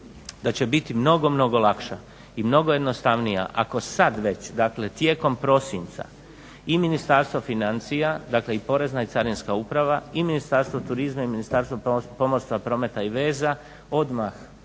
da će biti mnogo, mnogo lakša i mnogo jednostavnija ako sada već dakle tijekom prosinca i Ministarstvo financija i Porezna i carinska uprava i Ministarstvo turizma i Ministarstvo pomorstva, prometa i veza odmah